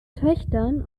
töchtern